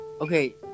okay